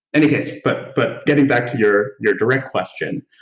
any case but but getting back to your your direct question,